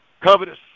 covetous